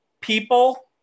people